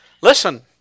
listen